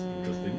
interesting